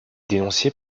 dénoncée